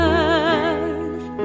earth